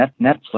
Netflix